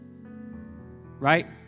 Right